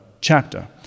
chapter